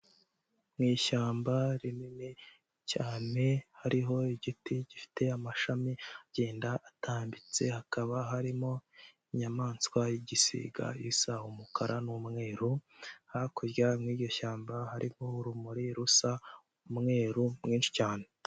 Mu ishyamba rinini cyane hariho igiti gifite amashami agenda atambitse, hakaba harimo inyamaswa y'igisiga isa umukara n'umweru, hakurya mu iryo shyamba harimo urumuri rusa umweru mwinshi cyane.